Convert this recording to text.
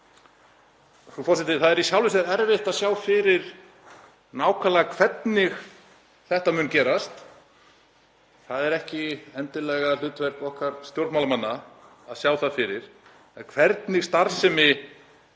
Það er í sjálfu sér erfitt að sjá fyrir nákvæmlega hvernig þetta mun gerast. Það er ekki endilega hlutverk okkar stjórnmálamanna að sjá það fyrir. Það er erfitt